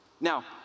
Now